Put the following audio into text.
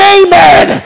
amen